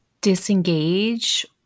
disengage